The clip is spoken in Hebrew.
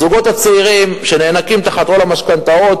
הזוגות הצעירים שנאנקים תחת עול המשכנתאות